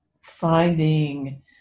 finding